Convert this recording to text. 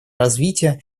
развития